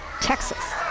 texas